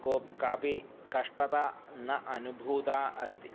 कोपि कापि कष्टता न अनुभूता अस्ति